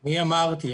אמרתי,